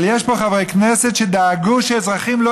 אבל יש פה חברי כנסת שדאגו שאזרחים לא